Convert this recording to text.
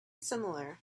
similar